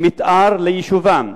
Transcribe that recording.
מיתאר ליישובם